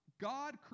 God